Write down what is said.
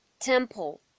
Temple